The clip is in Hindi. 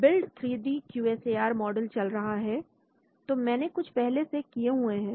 build three D Q S A R model चल रहा है तो मैंने कुछ पहले से किए हुए हैं